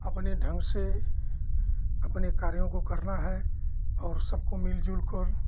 अपने ढंग से अपने कार्यों को करना है और सबको मिलजुल कर